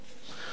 המשימה